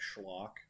schlock